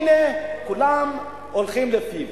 הנה, כולם הולכים לפיו.